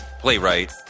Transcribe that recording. playwright